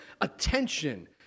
attention